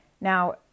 Now